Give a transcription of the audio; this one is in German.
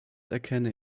erkenne